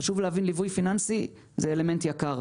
חשוב להבין, ליווי פיננסי זה אלמנט יקר.